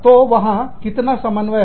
तो वहां कितना समन्वय है